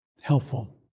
helpful